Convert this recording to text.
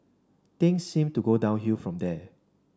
things seemed to go downhill from there